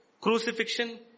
Crucifixion